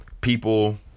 people